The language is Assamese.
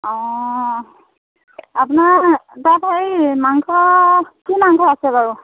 অঁ আপোনাৰ তাত হেৰি মাংস কি মাংস আছে বাৰু